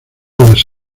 las